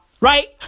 Right